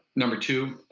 number two,